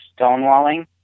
stonewalling